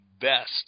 best